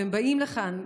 והם באים לכאן.